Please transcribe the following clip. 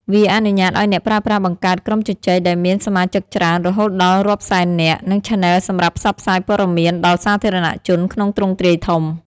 វាអនុញ្ញាតឱ្យអ្នកប្រើប្រាស់បង្កើតក្រុមជជែកដែលមានសមាជិកច្រើន រហូតដល់រាប់សែននាក់ និងឆានែលសម្រាប់ផ្សព្វផ្សាយព័ត៌មានដល់សាធារណជនក្នុងទ្រង់ទ្រាយធំ។